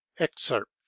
excerpt